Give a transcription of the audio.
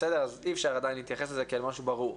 אז אי אפשר עדיין להתייחס לזה כאל משהו ברור,